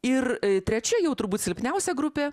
ir trečia jau turbūt silpniausia grupė